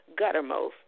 guttermost